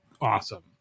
awesome